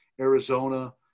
Arizona